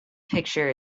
picture